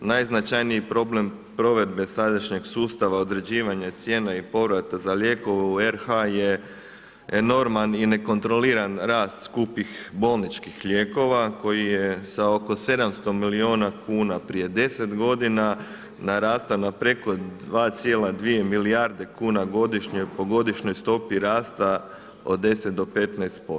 Najznačajniji problem provedbe sadašnjeg sustava određivanja cijena i povrata za lijekove u RH je enorman i nekontroliran rast skupih bolničkih lijekova koji je sa oko 700 milijuna kuna prije 10 godina narastao na preko 2,2 milijarde kuna godišnje po godišnjoj stopi rasta od 10 do 15%